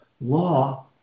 law